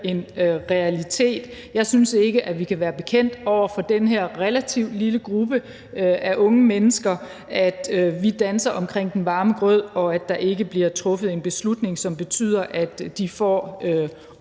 en realitet. Jeg synes ikke, at vi kan være bekendt over for den her relativt lille gruppe af unge mennesker, at vi danser omkring den varme grød, og at der ikke bliver truffet en beslutning, som betyder, at de får